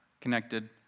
connected